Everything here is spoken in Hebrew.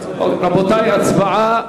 התרבות והספורט נתקבלה.